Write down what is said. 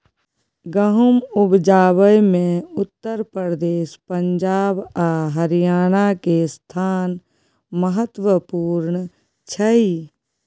गहुम उपजाबै मे उत्तर प्रदेश, पंजाब आ हरियाणा के स्थान महत्वपूर्ण छइ